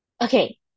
Okay